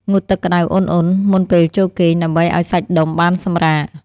ងូតទឹកក្ដៅឧណ្ហៗមុនពេលចូលគេង ដើម្បីឱ្យសាច់ដុំបានសម្រាក។